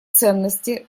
ценности